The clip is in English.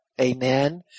amen